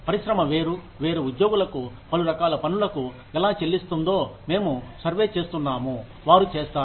పరిశ్రమ వేరు వేరు ఉద్యోగులకు పలు రకాల పనులకు ఎలా చెల్లిస్తుందో మేము సర్వే చేస్తున్నాము వారు చేస్తారు